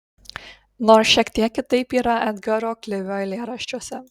nors šiek tiek kitaip yra edgaro klivio eilėraščiuose